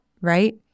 right